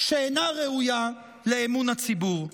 שאינה ראויה לאמון הציבור.